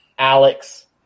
Alex